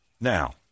now